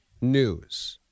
news